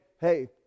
hey